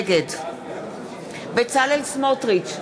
נגד בצלאל סמוטריץ,